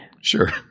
sure